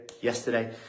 yesterday